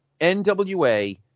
NWA